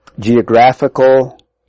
geographical